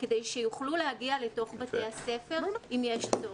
כדי שיוכלו להגיע לתוך בתי הספר אם יש צורך.